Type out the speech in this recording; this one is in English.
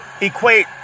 equate